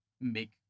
make